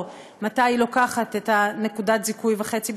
מתי היא לוקחת את נקודת הזיכוי וחצי,